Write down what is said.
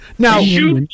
Now